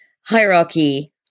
hierarchy